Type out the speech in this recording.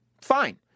Fine